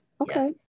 Okay